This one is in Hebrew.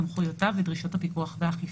סמכויותיו ודרישות הפיקוח והאכיפה".